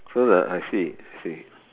so the I see I see